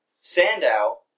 Sandow